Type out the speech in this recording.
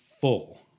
full